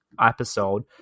episode